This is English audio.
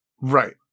Right